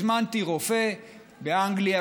הזמנתי רופא באנגליה,